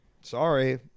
Sorry